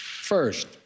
First